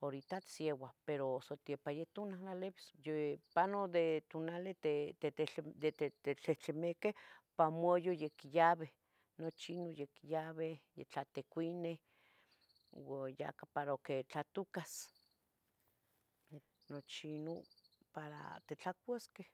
horita itsieuah, pero satepa ya tuna lalebis, yo pano tunali de tli te, te, tehtlamihqueh, pa mayo ya quiyabih nuchi ino ya quiyabih tlaticuinih, ua yacah para aquih tlatucas nuchi ino para titlacuasqueh.